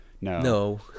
No